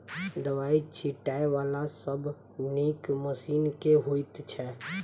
दवाई छीटै वला सबसँ नीक मशीन केँ होइ छै?